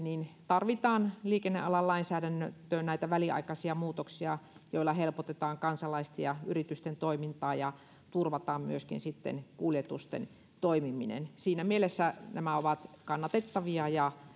tarvitaan liikennealan lainsäädäntöön näitä väliaikaisia muutoksia joilla helpotetaan kansalaisten ja yritysten toimintaa ja turvataan myöskin sitten kuljetusten toimiminen siinä mielessä nämä ovat kannatettavia ja